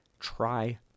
Try